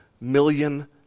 million